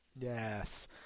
Yes